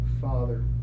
father